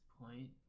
point